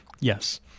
yes